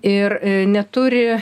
ir neturi